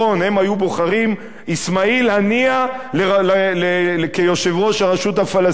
הם היו בוחרים את אסמאעיל הנייה ליושב-ראש הרשות הפלסטינית.